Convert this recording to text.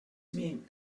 mean